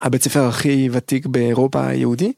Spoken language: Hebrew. הבית ספר הכי ותיק באירופה היהודי.